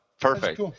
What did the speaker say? perfect